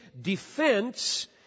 defense